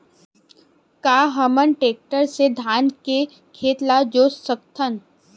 का हमन टेक्टर से धान के खेत ल जोत सकथन?